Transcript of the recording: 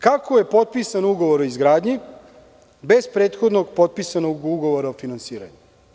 Kako je potpisan ugovor o izgradnji bez prethodno potpisanog ugovora o finansiranju?